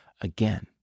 again